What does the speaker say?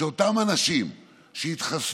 שאותם אנשים שהתחסנו,